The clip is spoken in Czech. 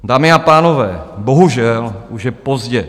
Dámy a pánové, bohužel už je pozdě.